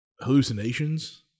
hallucinations